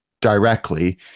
directly